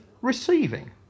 receiving